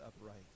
upright